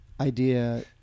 idea